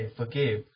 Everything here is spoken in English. forgive